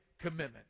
commitment